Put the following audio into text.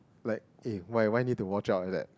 like eh why why need to watch out like that